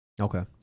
Okay